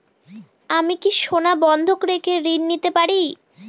আমি কি সোনা বন্ধক রেখে ঋণ পেতে পারি?